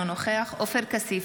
אינו נוכח עופר כסיף,